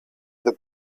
the